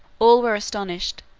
all were astonished,